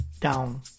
down